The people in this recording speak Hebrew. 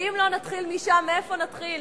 כי אם לא נתחיל משם מאיפה נתחיל?